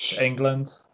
England